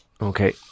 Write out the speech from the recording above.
Okay